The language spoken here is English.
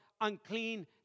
unclean